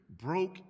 broke